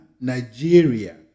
Nigeria